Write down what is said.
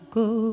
go